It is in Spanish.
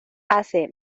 hace